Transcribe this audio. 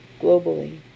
globally